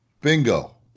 Bingo